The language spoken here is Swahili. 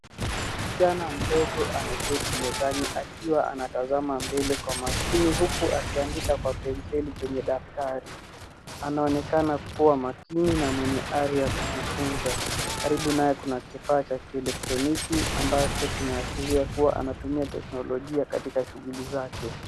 Kijana mdogo ameketi mezani akiwa anatazama mbele kwa makini huku akiandika kwa penseli kwenye daftari anaonekana kuwa makini na mwenye ari ya kujifunza karibu naye kuna kifaa cha kielektroniki ambacho kinaashiria kuwa anatumia teknolojia katika shughuli zake.